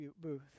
booth